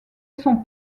son